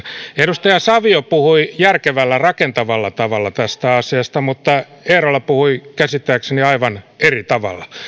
edustaja savio puhui järkevällä rakentavalla tavalla tästä asiasta mutta eerola puhui käsittääkseni aivan eri tavalla